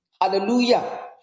Hallelujah